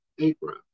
Abraham